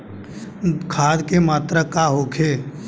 खाध के मात्रा का होखे?